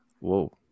Whoa